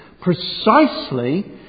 precisely